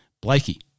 Blakey